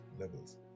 levels